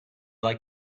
like